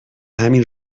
همین